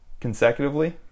consecutively